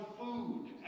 food